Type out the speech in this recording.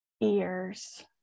ears